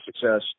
success